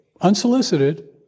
unsolicited